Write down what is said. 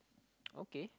okay